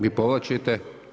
Vi povlačite?